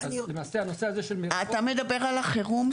אתה מדבר על החירום,